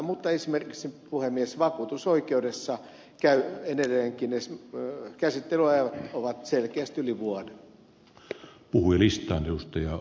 mutta esimerkiksi puhemies vakuutusoikeudessa edelleenkin käsittelyajat ovat selkeästi yli vuoden